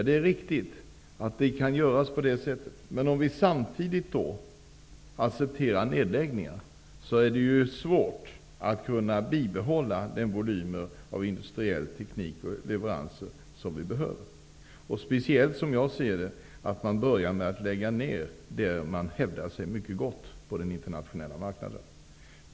Det är riktigt att det kan göras på det sättet, men om vi samtidigt accepterar nedläggningar är det svårt att bibehålla den industriella teknik och de volymer av leveranser som vi behöver, speciellt om man börjar med att lägga ned där vi hävdar oss mycket gott på den internationella marknaden.